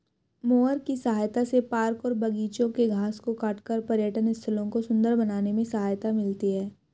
mower की सहायता से पार्क और बागिचों के घास को काटकर पर्यटन स्थलों को सुन्दर बनाने में सहायता मिलती है